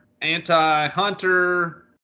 anti-Hunter